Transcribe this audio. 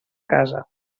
casa